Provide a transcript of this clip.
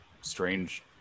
strange